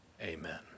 amen